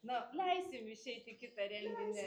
no leisim išeit į kitą renginį